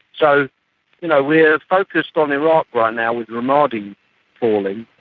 so you know we're focussed on iraq right now with ramadi falling,